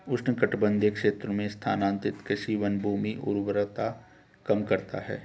उष्णकटिबंधीय क्षेत्रों में स्थानांतरित कृषि वनभूमि उर्वरता कम करता है